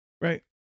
Right